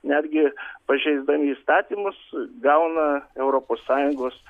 netgi pažeisdami įstatymus gauna europos sąjungos